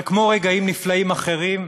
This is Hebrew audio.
אבל כמו רגעים נפלאים אחרים,